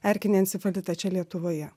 erkinį encefalitą čia lietuvoje